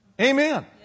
amen